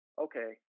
okay